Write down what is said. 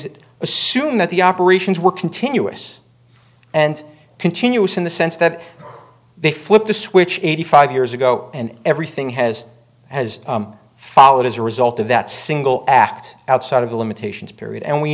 assume that the operations were continuous and continuous in the sense that they flipped the switch eighty five years ago and everything has followed as a result of that single act outside of the limitations period and we